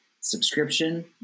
subscription